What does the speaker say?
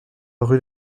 rue